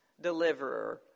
deliverer